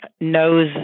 knows